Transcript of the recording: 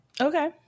okay